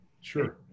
Sure